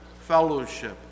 fellowship